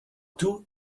tout